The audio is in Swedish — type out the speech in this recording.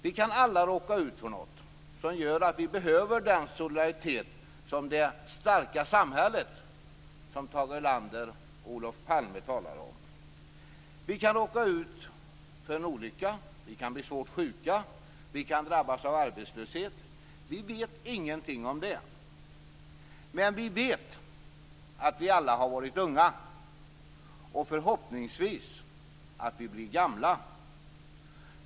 Vi kan alla råka ut för något som gör att vi behöver den solidaritet som finns i det starka samhälle som Tage Erlander och Olof Palme talade om. Vi kan råka ut för en olycka. Vi kan bli svårt sjuka. Vi kan drabbas av arbetslöshet. Vi vet ingenting om det. Men vi vet att vi alla har varit unga, och förhoppnings kommer vi att bli gamla.